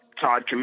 Todd